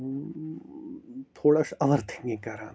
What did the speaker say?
تھوڑا چھُ overthinking کَران بہٕ